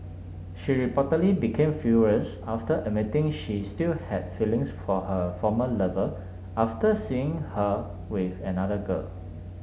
she reportedly became furious after admitting she still had feelings for her former lover after seeing her with another girl